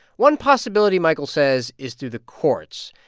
one possibility, michael says, is through the courts.